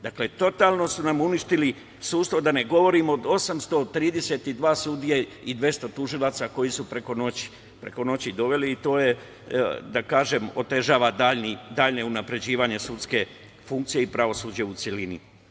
Dakle, totalno su nam uništili sudstvo, a da ne govorim o 832 sudije i 200 tužilaca koje su preko noći doveli, i to otežava dalje unapređenje sudske funkcije i pravosuđa u celini.